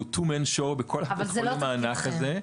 אנחנו מופע של שני אנשים בכל בית החולים הענק הזה.